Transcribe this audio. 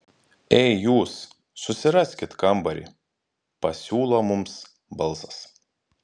ei jūs susiraskit kambarį pasiūlo mums balsas